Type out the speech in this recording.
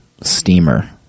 steamer